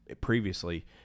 previously